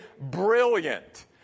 brilliant